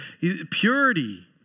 Purity